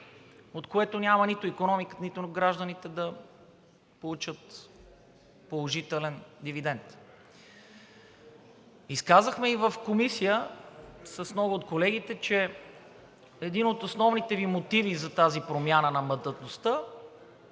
от което няма нито икономиката, нито гражданите да получат положителен дивидент. Изказахме и в Комисията с много от колегите, че един от основните Ви мотиви за тази промяна на мандатността